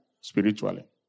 spiritually